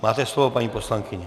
Máte slovo, paní poslankyně.